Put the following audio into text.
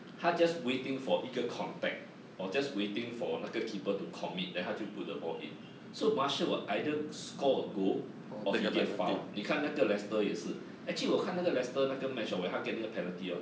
他 just waiting for 一个 contact or just waiting for 那个 keeper to commit then 他就 put the ball in so marshall either score a goal or he get foul 你看那个 leicester 也是 actually 我看的 leicester 那个 match hor when 他 get 那个 penalty orh